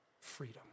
freedom